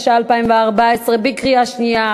התשע"ה 2014 בקריאה שנייה.